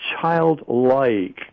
childlike